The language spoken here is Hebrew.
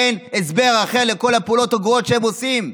אין הסבר אחר לכל הפעולות הגרועות שהם עושים.